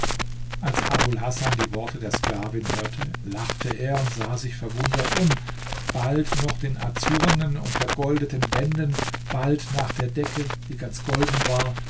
als abul hasan die worte der sklavin hörte lachte er und sah sich verwundert um bald nach den azurnen und vergoldeten wänden bald nach der decke die ganz golden war